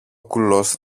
κουλός